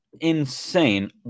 Insane